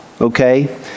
okay